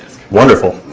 wonderful,